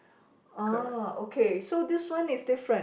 ah okay so this one is different